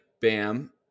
Bam